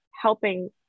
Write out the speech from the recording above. helping